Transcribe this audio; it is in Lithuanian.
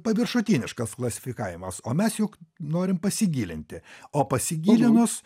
paviršutiniškas klasifikavimas o mes juk norim pasigilinti o pasigilinus